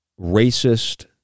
racist